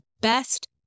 best